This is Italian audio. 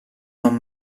non